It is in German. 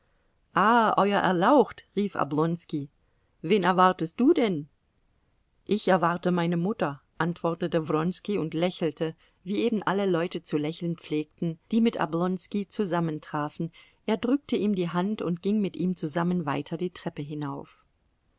euer erlaucht rief oblonski wen erwartest du denn ich erwarte meine mutter antwortete wronski und lächelte wie eben alle leute zu lächeln pflegten die mit oblonski zusammentrafen er drückte ihm die hand und ging mit ihm zusammen weiter die treppe hinauf